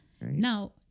Now